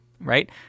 right